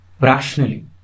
rationally